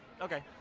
Okay